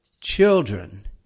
children